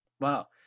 Wow